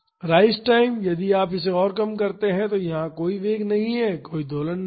rise time यदि आप इसे और कम करते हैं तो यहां कोई वेग नहीं है कोई दोलन नहीं है